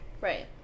Right